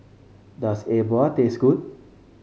does E Bua taste good